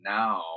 now